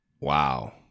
Wow